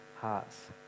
hearts